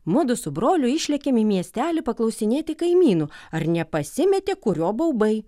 mudu su broliu išlėkėm į miestelį paklausinėti kaimynų ar nepasimetė kurio baubai